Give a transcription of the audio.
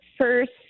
first